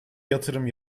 yatırım